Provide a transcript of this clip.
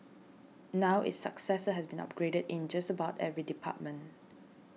now its successor has been upgraded in just about every department